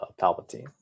palpatine